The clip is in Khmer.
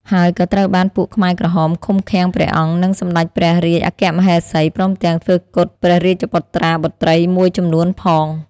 ហើយក៏ត្រូវបានពួកខ្មែរក្រហមឃុំ ឃាំងព្រះអង្គ និងសម្តេចព្រះរាជអគ្គមហេសីព្រមទំាងធ្វើគុតព្រះរាជបុត្រាបុត្រីមួយចំនួនផង។